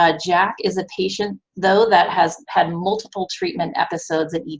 ah jack is a patient, though, that has had multiple treatment episodes at ets,